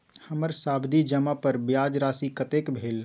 हमर सावधि जमा पर ब्याज राशि कतेक भेल?